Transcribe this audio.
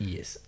Yes